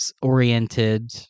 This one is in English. oriented